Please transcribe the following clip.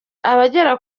abagera